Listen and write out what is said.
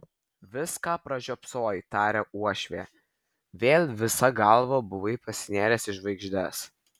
viską pražiopsojai tarė uošvė vėl visa galva buvai pasinėręs į žvaigždes